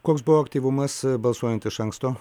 koks buvo aktyvumas balsuojant iš anksto